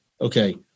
okay